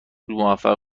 موفق